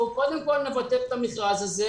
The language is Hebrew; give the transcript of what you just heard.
בואו קודם כל נבטל את המכרז הזה,